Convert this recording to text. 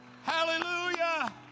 Hallelujah